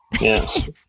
Yes